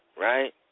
right